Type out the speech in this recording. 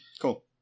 Cool